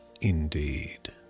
indeed